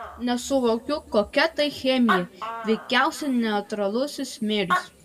nesuvokiu kokia tai chemija veikiausiai neutralusis smėlis